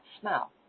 smell